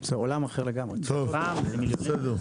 טוב, בסדר.